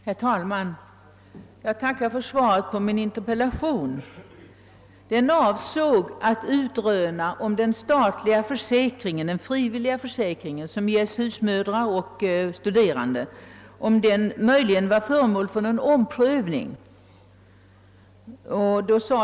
Herr talman! Jag tackar för svaret på min interpellation. Den avsåg att utröna om den statliga frivilliga sjukpenningförsäkringen för husmödrar och studerande möjligen var föremål för omprövning.